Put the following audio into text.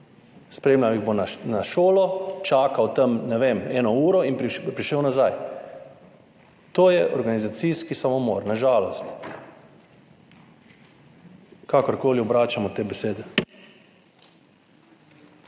spremljal jih bo na šolo, čakal tam, ne vem, eno uro in prišel nazaj. To je organizacijski samomor, na žalost, kakorkoli obračamo te besede.